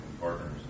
partners